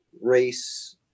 race